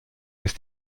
ist